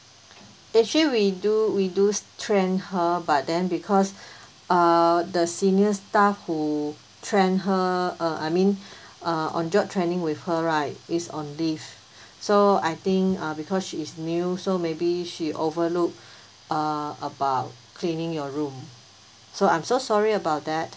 actually we do we do trained her but then because uh the senior staff who trained her uh I mean uh on job training with her right is on leave so I think uh because she's new so maybe she overlooked uh about cleaning your room so I'm so sorry about